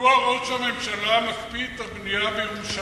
מדוע ראש הממשלה מקפיא את הבנייה בירושלים?